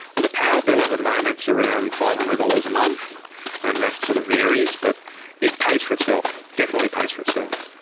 ah the power bill at the moment is around five hundred dollars a month and that sort of varies but it pays for itself, definitely pays for itself.